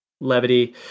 levity